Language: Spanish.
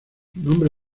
nombre